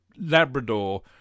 Labrador